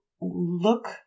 look